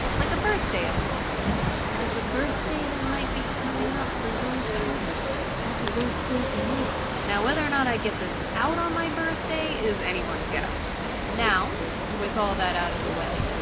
like a birthday almost like a birthday that might be coming up for yours truly happy birthday to me. now whether or not i get this out on my birthday is anyone's guess now with all that out of the way,